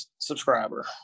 subscriber